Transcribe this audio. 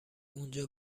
اونجا